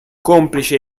complice